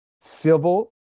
civil